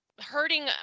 Hurting